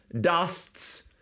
dusts